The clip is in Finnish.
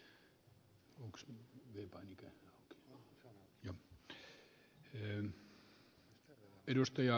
arvoisa puhemies